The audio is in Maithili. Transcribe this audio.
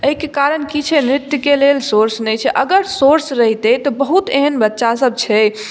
ऐहिके कारण की छै नृत्यके लेल सोर्स नहि छै अगर सोर्स रहितै तऽ बहुत एहन बच्चा सभ छै